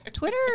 Twitter